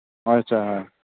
ꯍꯣꯏ ꯁꯔ ꯍꯣꯏ